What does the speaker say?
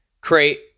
create